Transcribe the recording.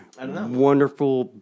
Wonderful